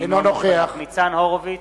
נגד ניצן הורוביץ,